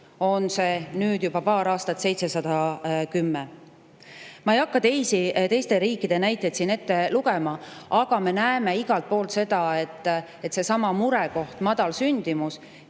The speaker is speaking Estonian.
on see nüüd juba paar aastat olnud 710 eurot. Ma ei hakka teiste riikide näiteid siin ette lugema, aga me näeme igalt poolt seda, et on seesama murekoht – madal sündimus